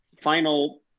final